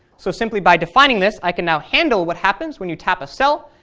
so simply by defining this i can now handle what happens when you tap a cell,